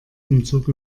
umzug